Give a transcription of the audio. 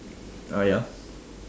ya